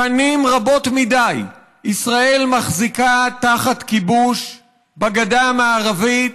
שנים רבות מדי ישראל מחזיקה תחת כיבוש בגדה המערבית,